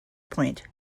point